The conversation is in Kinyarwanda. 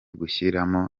gushyiramo